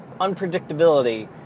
unpredictability